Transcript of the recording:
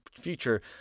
future